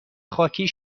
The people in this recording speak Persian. خاکی